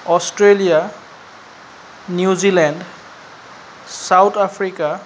Australia New Zealand South Africa